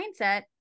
mindset